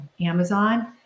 Amazon